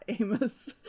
Amos